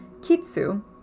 Kitsu